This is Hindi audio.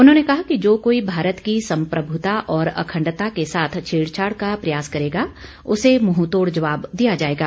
उन्होंने कहा कि जो कोई भारत की सम्प्रभुता और अखंडता के साथ छेड़छाड़ का प्रयास करेगा उसे मुंहतोड़ जवाब दिया जाएगा